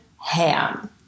Ham